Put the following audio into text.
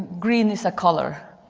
green is a color.